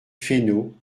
fesneau